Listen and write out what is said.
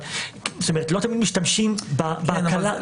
לא תמיד משתמשים בהקלה.